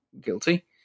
guilty